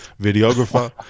videographer